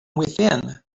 within